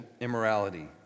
immorality